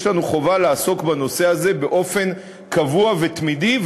יש עלינו חובה לעסוק בנושא הזה באופן קבוע ותמידי,